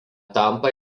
tampa